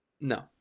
No